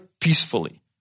peacefully